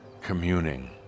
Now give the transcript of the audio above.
communing